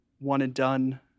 one-and-done